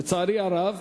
לצערי הרב.